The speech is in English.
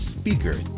speaker